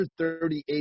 138